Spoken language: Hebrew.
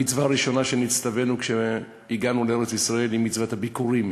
המצווה הראשונה שנצטווינו כשהגענו לארץ-ישראל היא מצוות הביכורים,